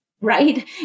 right